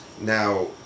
Now